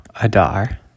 Adar